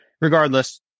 regardless